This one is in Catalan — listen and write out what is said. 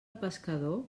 pescador